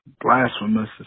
blasphemous